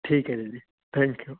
ਠੀਕ ਐ ਦੀਦੀ ਥੈਂਕਯੂ